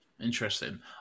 Interesting